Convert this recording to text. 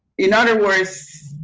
in other words,